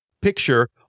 picture